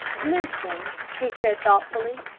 lisbon, he said thoughtfully.